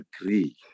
agree